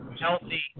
Healthy